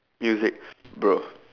music bro